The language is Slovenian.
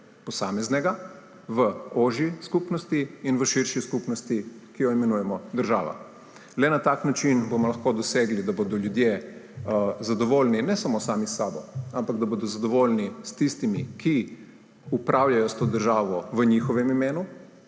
posameznega v ožji skupnosti in v širši skupnosti, ki jo imenujemo država. Le na tak način bomo lahko dosegli, da bodo ljudje zadovoljni, ne samo sami s sabo, ampak da bodo zadovoljni tudi s tistimi, ki upravljajo s to državo v njihovem imenu,